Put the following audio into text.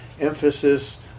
emphasis